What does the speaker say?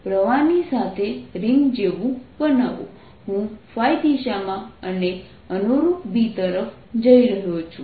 આને પ્રવાહની સાથે રિંગ જેવું બનાવો હું દિશામાં અને અનુરૂપ B તરફ જઈ રહ્યો છું